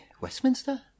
Westminster